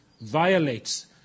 violates